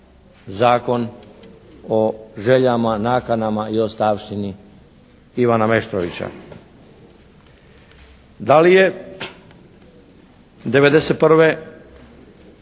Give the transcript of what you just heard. Zakon o željama, nakanama i ostavštini Ivana Meštrovića. Da li je '91.